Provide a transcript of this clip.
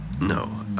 No